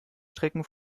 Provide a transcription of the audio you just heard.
strecken